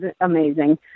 amazing